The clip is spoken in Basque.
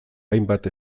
hainbat